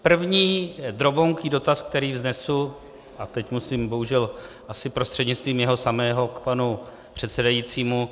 První drobounký dotaz, který vznesu a teď musím bohužel asi prostřednictvím jeho samého k panu předsedajícímu.